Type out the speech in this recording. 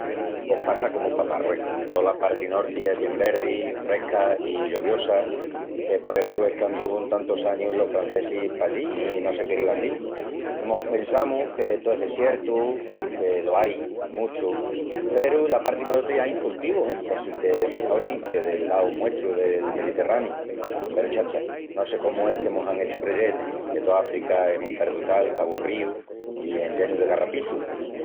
Pos passa comu pa Marruecus. Tola parti norti es bien verdi, fresca i lloviosa, que por essu es qu'anduvun tantus añus los francesis pallí i no se querivan dil. Mos pensamus que tó es desiertu, que lo ai i muchu, peru la parti norti ain cultivus, e? Quasi que mejoris que del lau muestru del Mediterraniu. Peru, chacha, no sé comu es que mos án hechu creyel que tó Africa es un perdutal aburríu i enllenu de garrapizus.